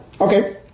Okay